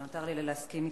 לא נותר לי אלא להסכים אתך.